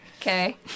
Okay